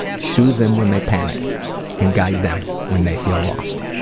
soothe them when they panic and guide them when they feel lost.